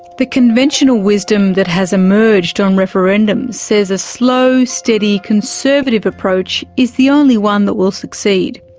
the conventional wisdom that has emerged on referendums says a slow, steady, conservative approach is the only one that will succeed.